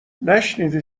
نشنیدی